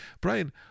Brian